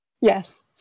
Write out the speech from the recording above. Yes